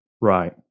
Right